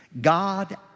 God